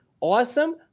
awesome